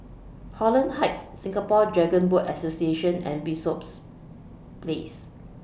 Holland Heights Singapore Dragon Boat Association and Bishops Place